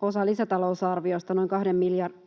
osa lisätalousarviosta, noin kahden miljardin